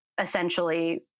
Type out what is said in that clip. essentially